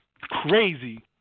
crazy